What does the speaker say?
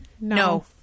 No